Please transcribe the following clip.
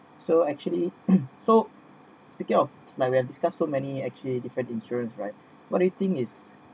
so actually so speaking of like we have discussed so many actually different insurance right what do you think is